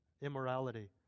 immorality